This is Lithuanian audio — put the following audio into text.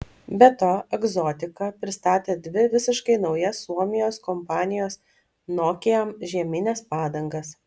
be to egzotika pristatė dvi visiškai naujas suomijos kompanijos nokian žiemines padangas